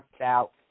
out